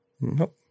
Nope